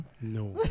No